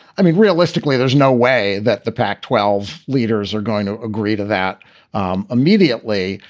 i mean, realistically, there's no way that the pac twelve leaders are going to agree to that um immediately.